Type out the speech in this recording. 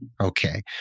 Okay